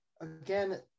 again